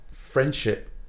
friendship